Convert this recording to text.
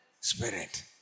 spirit